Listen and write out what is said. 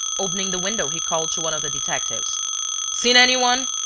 opening the window, he called to one of the detectives seen any one?